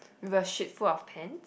with your shit full of pants